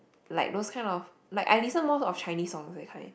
like those kind of like I listen more of Chinese songs that kind